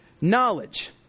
knowledge